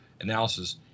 analysis